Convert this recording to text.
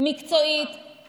מקצועית,